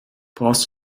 brauchst